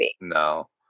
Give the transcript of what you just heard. No